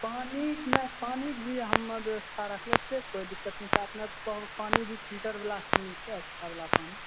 पानि के भी हम व्यवस्था रखने छियै कोइ दिक्कत नहि छै अपनेके पानि मिलतै फ़िल्टर बला पानि मिलतै अच्छा बला पानि